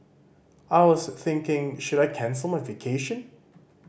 I was thinking should I cancel my vacation